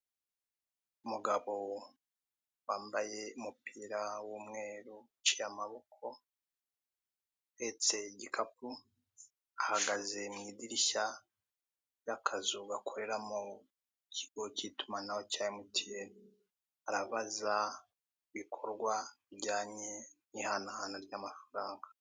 Umugabo wambaye umupira w'umweru uciye amaboko uhetse igikapu ahagaze mu idirishya ry'akazu gakoreramo ikigo k'itumanaho cya emutiyene, arabaza ibikorwa bijyanye n'ihanahana ry'amafaranga.